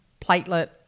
platelet